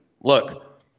Look